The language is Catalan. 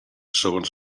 segons